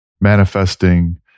manifesting